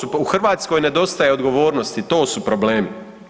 U Hrvatskoj nedostaje odgovornosti, to su problemi.